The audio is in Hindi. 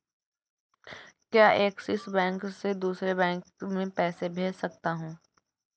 क्या ऐक्सिस बैंक से दूसरे बैंक में पैसे भेजे जा सकता हैं?